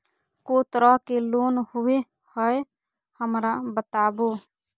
को तरह के लोन होवे हय, हमरा बताबो?